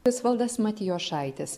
visvaldas matijošaitis